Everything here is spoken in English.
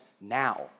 now